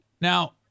Now